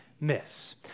miss